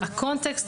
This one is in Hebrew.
שהקונטקסט,